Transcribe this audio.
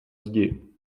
zdi